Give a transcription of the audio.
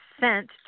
sent